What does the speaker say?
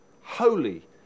holy